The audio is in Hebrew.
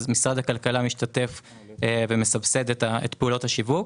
משרד הכלכלה משתתף ומסבסד את פעולות השיווק.